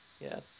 Yes